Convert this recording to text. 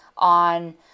On